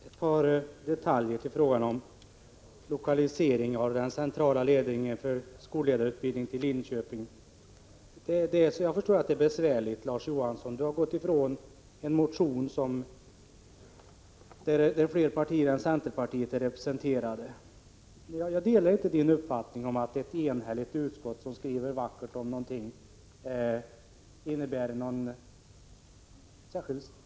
Herr talman! Jag vill bara ta upp ett par detaljer kring frågan om lokalisering till Linköping av den centrala ledningen för skolledarutbildningen. Jag förstår att det är besvärligt för Larz Johansson. Han har gått ifrån en motion som fler partier än centerpartiet ställt sig bakom. Jag delar inte uppfattningen att ett enhälligt utskott som skriver vackert om någonting innebär någon större garanti.